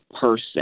person